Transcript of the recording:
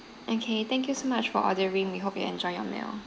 okay thank you so much for ordering we hope you enjoy your meal